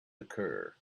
occur